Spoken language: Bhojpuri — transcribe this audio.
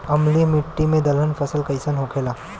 अम्लीय मिट्टी मे दलहन फसल कइसन होखेला?